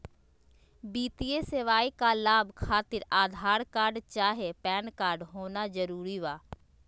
वित्तीय सेवाएं का लाभ खातिर आधार कार्ड चाहे पैन कार्ड होना जरूरी बा?